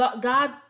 god